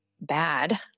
bad